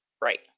Right